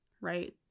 right